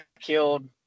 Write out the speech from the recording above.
killed